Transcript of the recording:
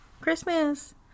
Christmas